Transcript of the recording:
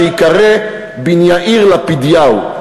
שייקרא: בִניאיר לפידיהו.